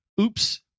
Oops